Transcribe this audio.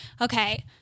Okay